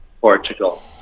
Portugal